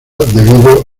debido